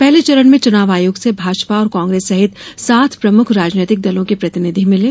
पहले चरण में चुनाव आयोग से भाजपा और कांग्रेस सहित सात प्रमुख राजनैतिक दलों के प्रतिनिधि मिले